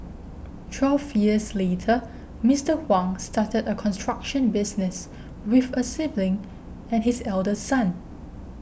twelve years later Mister Huang started a construction business with a sibling and his eldest son